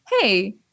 hey